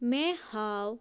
مےٚ ہاو